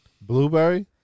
Blueberry